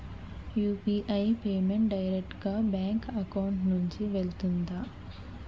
UPI payment direct గా bank account నుంచి వెళ్తుందా?